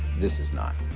this is not.